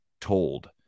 told